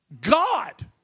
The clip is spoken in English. God